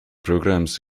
programmes